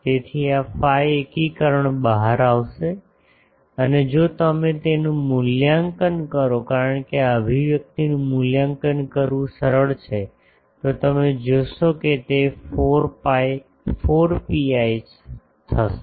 તેથી આ ફાઇ એકીકરણ બહાર આવશે અને જો તમે તેનું મૂલ્યાંકન કરો કારણ કે આ અભિવ્યક્તિનું મૂલ્યાંકન કરવું સરળ છે તો તમે જોશો કે તે 4 પીઆઈ થશે